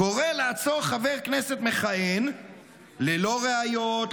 קורא לעצור חבר כנסת מכהן ללא ראיות,